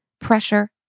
pressure